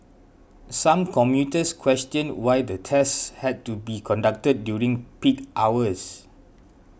some commuters questioned why the tests had to be conducted during peak hours